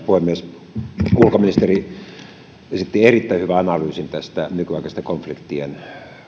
puhemies ulkoministeri esitti erittäin hyvän analyysin nykyaikaisesta konfliktien